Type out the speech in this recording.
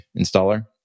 installer